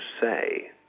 say